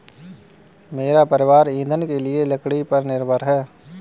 मेरा परिवार ईंधन के लिए लकड़ी पर निर्भर है